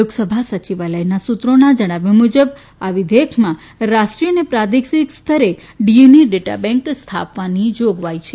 લોકસભા સચિવાલયના સૂત્રોના જણાવ્યા મુજબ આ વિધેયકમાં રાષ્ટ્રીય અને પ્રાદેશિક સ્તરે ડીએનએ ડેટા બેન્ક સ્થાપવાની જોગવાઈ છે